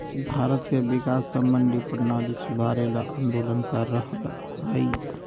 भारत के किसान स मंडी परणाली सुधारे ल आंदोलन कर रहल हए